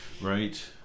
Right